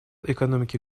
экономики